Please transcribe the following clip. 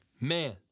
Man